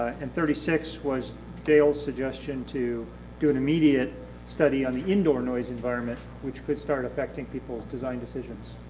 and thirty six was dale's suggestion to do an immediate study on the indoor noise environment, which could start affecting people's design decisions.